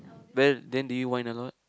but then then do you whine a lot